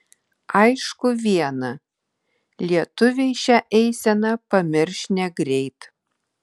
aišku viena lietuviai šią eiseną pamirš negreit